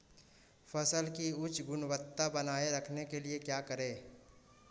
फसल की उच्च गुणवत्ता बनाए रखने के लिए क्या करें?